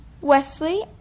Wesley